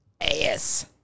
Ass